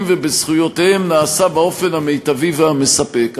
ובזכויותיהם נעשה באופן המיטבי והמספק.